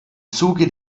zuge